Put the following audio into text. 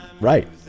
Right